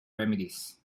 remedies